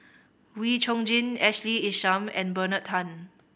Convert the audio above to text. Wee Chong Jin Ashley Isham and Bernard Tan